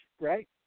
Right